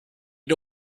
had